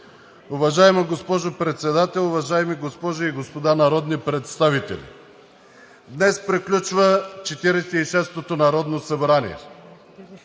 Уважаема госпожо Председател, уважаеми госпожи и господа народни представители! Днес приключва 46-ото народно събрание.